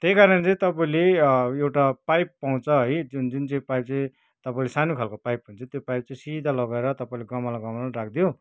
त्यहीकारण चाहिँ तपाईँले एउटा पाइप पाउँछ है जुन जुन चाहिँ पाइप चाहिँ तपाईँले सानो खालको पाइप हुन्छ त्यो पाइप चाहिँ सिधा लगाएर तपाईँले गमला गमलामा राखिदियो